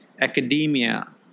academia